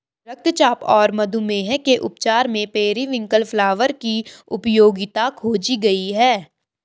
रक्तचाप और मधुमेह के उपचार में पेरीविंकल फ्लावर की उपयोगिता खोजी गई है